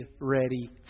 ready